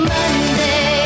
Monday